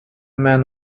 man